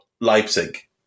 Leipzig